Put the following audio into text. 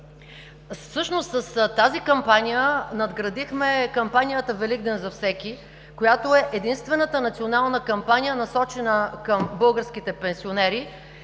Всъщност с тази кампания надградихме кампанията „Великден за всеки“, която е единствената национална кампания, насочена към българските пенсионери.